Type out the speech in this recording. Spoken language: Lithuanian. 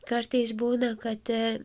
kartais būna kad